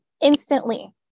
instantly